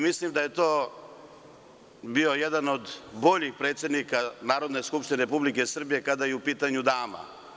Mislim da je to bio jedan od boljih predsednika Narodne skupštine Republike Srbije, kada je u pitanju dama.